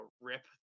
rip